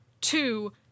Two